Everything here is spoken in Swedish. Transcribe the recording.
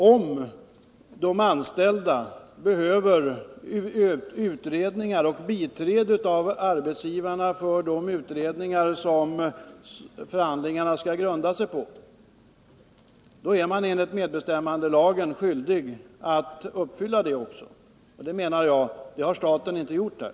Om de anställda behöver biträde av arbetsgivarna för de utredningar som förhandlingarna skall grunda sig på är man enligt medbestämmandelagen skyldig att se till att de får sådant biträde. Det menar jag att staten inte har gjort.